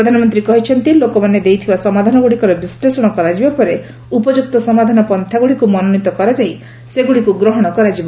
ପ୍ରଧାନମନ୍ତ୍ରୀ କହିଛନ୍ତି ଲୋକମାନେ ଦେଇଥିବା ସମାଧାନ ଗୁଡ଼ିକର ବିଶ୍ଳେଷଣ କରାଯିବା ପରେ ଉପଯୁକ୍ତ ସମାଧାନ ପନ୍ଥାଗୁଡ଼ିକୁ ମନୋନୀତ କରାଯାଇ ସେଗୁଡ଼ିକୁ ଗ୍ରହଣ କରାଯିବ